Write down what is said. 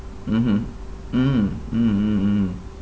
mmhmm mm mm mm mm